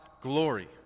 glory